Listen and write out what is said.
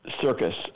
circus